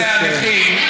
ואני רק מתנצל בפני הנכים,